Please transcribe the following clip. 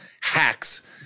hacks